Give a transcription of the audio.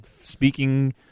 speaking